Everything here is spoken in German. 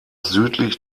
südlich